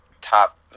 top